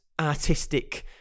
artistic